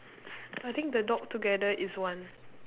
I think the dog together is one